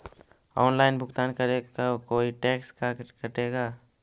Online भुगतान करे को कोई टैक्स का कटेगा?